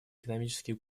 экономические